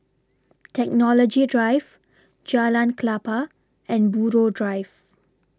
Technology Drive Jalan Klapa and Buroh Drive